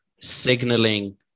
signaling